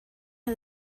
how